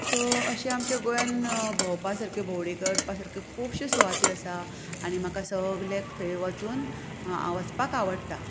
so अशें आमच्या गोंयांत भोंवपा सारके भोंवडें करपा सारके खूबश्यो सुवात्यो आसा आनी म्हाका सगळ्याक थंय वचून वचपाक आवडटा